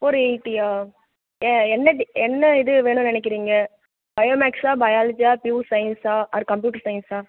four எய்ட்டியா என்ன இது வேணும்ன்னு நினைக்கிறீங்க பயோ மேக்ஸா பயாலஜியா பியூர் சயின்ஸா ஆர் கம்ப்யூட்டர் சயின்ஸா